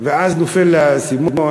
ואז נופל האסימון,